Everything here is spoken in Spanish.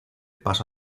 pasó